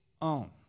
own